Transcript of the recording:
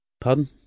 Pardon